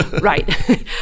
Right